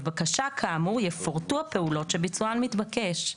בבקשה כאמור יפורטו הפעולות שביצוען מתבקש.